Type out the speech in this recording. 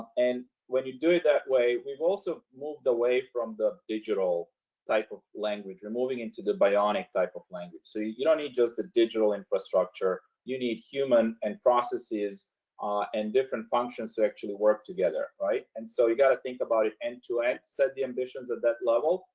and when you do it that way, we've also moved away from the digital type of language. you're moving into the bionic type of language. so you you don't need just a digital infrastructure. you need human and processes ah and different functions to actually work together. and so you got to think about it end to end, set the ambitions at that level,